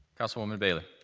councilwoman bailey?